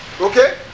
Okay